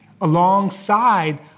alongside